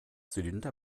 zylinder